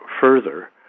further